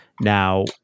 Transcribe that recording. Now